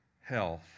health